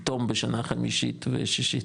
פתאום בשנה חמישית ושישית.